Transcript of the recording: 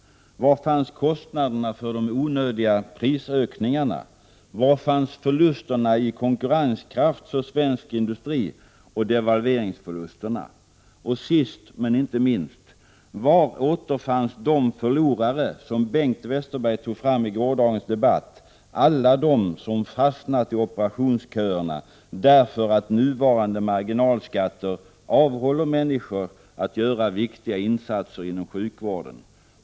Var fanns kostnaderna för de onödiga prisökningarna? Var fanns förlusterna i fråga om konkurrenskraft för svensk industri och devalveringsförlusterna? Sist men inte minst: Var återfanns de förlorare som Bengt Westerberg tog fram i gårdagens debatt — alla de som fastnat i operationsköerna, därför att nuvarande marginalskatter avhåller människor från att göra viktiga insatser inom sjukvården?